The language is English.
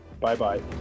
Bye-bye